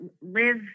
live